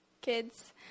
kids